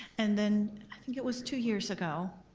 and then i think it was two years ago,